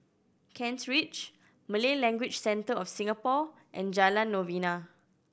Kent Ridge Malay Language Center of Singapore and Jalan Novena